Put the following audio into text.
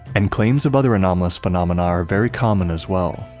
and claims of other anomalous phenomena are very common as well.